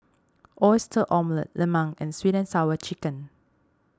Oyster Omelette Lemang and Sweet Sour Chicken